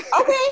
Okay